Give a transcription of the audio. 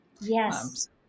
Yes